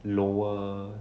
lower